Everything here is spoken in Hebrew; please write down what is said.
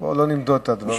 בוא לא נמדוד את הדברים.